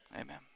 amen